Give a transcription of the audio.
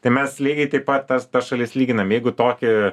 tai mes lygiai taip pat tas šalis lyginam jeigu tokį